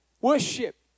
worship